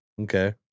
Okay